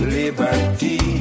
liberty